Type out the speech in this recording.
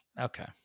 okay